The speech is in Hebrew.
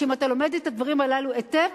שאם אתה לומד את הדברים הללו היטב,